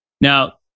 Now